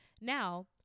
Now